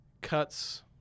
cuts